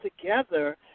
together